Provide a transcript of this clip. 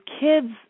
kids